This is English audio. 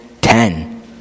ten